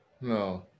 no